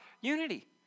unity